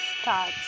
start